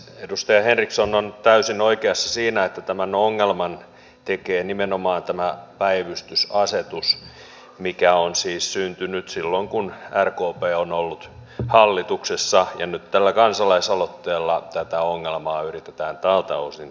edustaja henriksson on täysin oikeassa siinä että tämän ongelman tekee nimenomaan tämä päivystysasetus mikä on siis syntynyt silloin kun rkp on ollut hallituksessa ja nyt tällä kansalaisaloitteella tätä ongelmaa yritetään tältä osin korjata